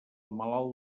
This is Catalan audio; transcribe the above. malalt